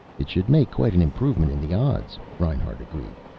it should make quite an improvement in the odds, reinhart agreed.